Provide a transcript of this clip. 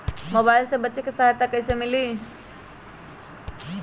Mobile से बेचे में सहायता कईसे मिली?